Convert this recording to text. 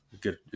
Good